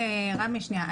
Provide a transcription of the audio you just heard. אוקיי, רמי שנייה.